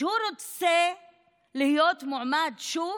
שהוא רוצה להיות מועמד שוב,